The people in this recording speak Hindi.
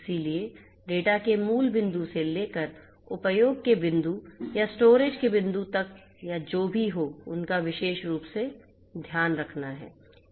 इसलिए डेटा के मूल बिंदु से लेकर उपयोग के बिंदु या स्टोरेज के बिंदु तक या जो भी हो उनका विशेष रूप से ध्यान रखना है